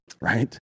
right